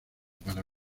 para